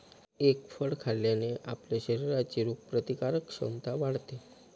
egg फळ खाल्ल्याने आपल्या शरीराची रोगप्रतिकारक क्षमता वाढते